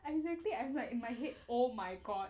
exactly I'm like in my head oh my god